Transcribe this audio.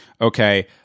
okay